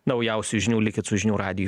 naujausių žinių likit su žinių radiju